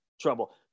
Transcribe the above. trouble